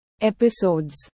episodes